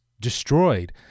destroyed